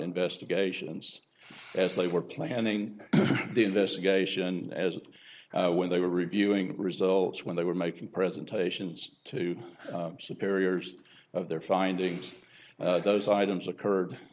investigations as they were planning the investigation as it when they were reviewing results when they were making presentations to superiors of their findings those items